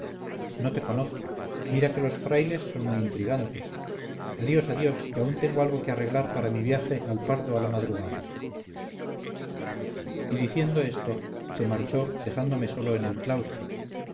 no te conozco mira que los frailes son muy intrigantes adiós adiós que aún tengo algo que arreglar para mi viaje al pardo a la madrugada y diciendo esto se marchó dejándome solo en el claustro